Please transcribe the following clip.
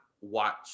watch